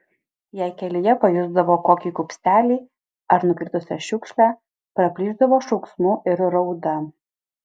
jei kelyje pajusdavo kokį kupstelį ar nukritusią šiukšlę praplyšdavo šauksmu ir rauda